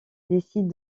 décide